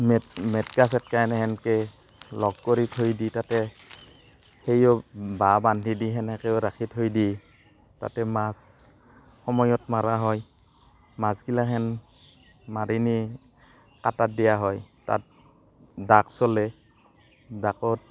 মে মেটেকা চেটেকা এনেহেনকৈ লগ কৰি থৈ দি তাতে সেইয়ো বাঁহ বান্ধি দি সেনেকৈও ৰাখি থৈ দি তাতে মাছ সময়ত মৰা হয় মাছগিলাখেন মাৰি নি কাটাত দিয়া হয় তাত ডাক চলে ডাকত